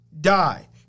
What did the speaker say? die